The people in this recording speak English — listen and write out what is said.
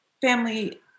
family